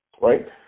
right